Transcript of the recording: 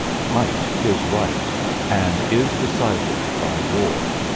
might is right and. is decided by war.